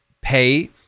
pay